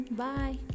bye